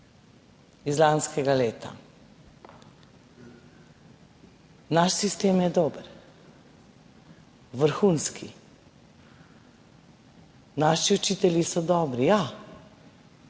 iz lanskega leta, naš sistem je dober, vrhunski, naši učitelji so dobri. Ja,